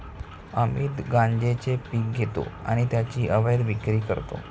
अमित गांजेचे पीक घेतो आणि त्याची अवैध विक्री करतो